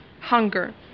hunger